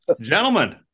Gentlemen